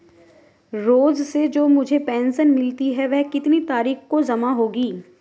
रोज़ से जो मुझे पेंशन मिलती है वह कितनी तारीख को जमा होगी?